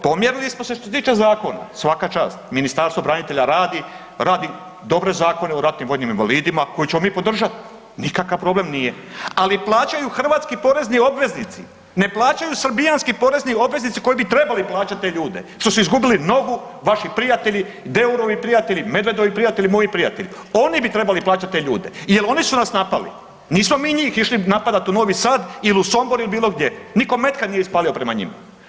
Pomjerili smo se što se tiče zakona, svaka čast, Ministarstvo branitelja radi, radi dobre zakona o ratnim vojnim invalidima koje ćemo mi podržati nikakav problem nije, ali plaćaju hrvatski porezni obvezni, ne plaćaju srbijanski porezni obveznici koji bi trebali plaćati te ljude što su izgubili nogu vaši prijatelji, Deurovi prijatelji, Medvedovi prijatelji, moji prijatelji, oni bi trebali plaćati te ljude jel oni su nas napali, nismo mi njih išli napadati u Novi Sad ili u Sombor ili bilo gdje, nitko metka nije ispalio prema njima.